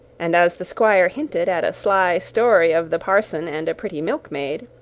and as the squire hinted at a sly story of the parson and a pretty milkmaid,